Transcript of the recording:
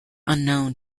unknown